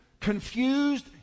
Confused